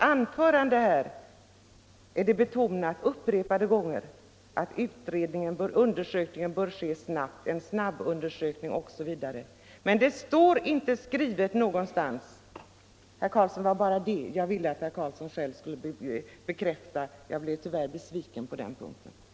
Men i sitt anförande betonade herr Carlsson att undersökningen bör ske snabbt och talade om en snabbundersökning osv. Detta står emellertid inte skrivet någonstans. Det var bara det jag ville att herr Carlsson skulle bekräfta. Jag blev tyvärr besviken på herr Carlsson på den här punkten.